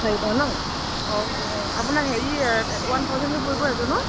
চাৰিটা নহ্ অঁ অঁ আপোনাৰ হেৰি ওৱান থাউজেণ্ডকৈ পৰিব এজনৰ